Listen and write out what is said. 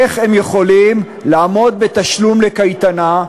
איך הם יכולים לעמוד בתשלום לקייטנה,